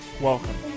Welcome